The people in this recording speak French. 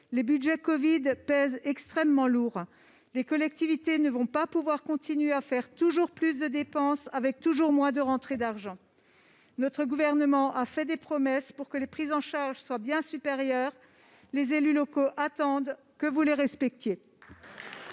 Les budgets dits « covid » pèsent extrêmement lourd. Les collectivités ne pourront pas continuer à faire toujours plus de dépenses avec toujours moins de rentrées d'argent. Votre gouvernement a fait des promesses pour que la prise en charge soit bien supérieure. Les élus locaux attendent que vous les respectiez.